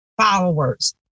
followers